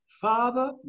Father